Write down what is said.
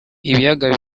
ibiyaga